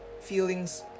feelings